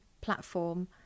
platform